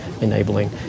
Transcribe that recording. enabling